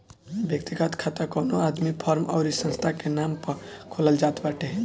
व्यक्तिगत खाता कवनो आदमी, फर्म अउरी संस्था के नाम पअ खोलल जात बाटे